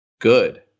good